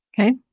Okay